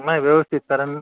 नाही व्यवस्थित कारण